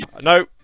No